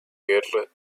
guerra